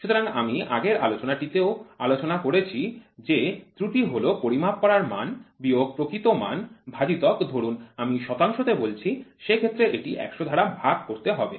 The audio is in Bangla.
সুতরাং আমি আগের আলোচনাটি তেও আলোচনা করেছি যে ত্রুটি হল পরিমাপ করা মান বিয়োগ প্রকৃত মান ভাজিতক ধরুন আমি শতাংশ তে বলছি সে ক্ষেত্রে এটিকে ১০০ দ্বারা ভাগ করতে হবে